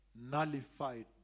nullified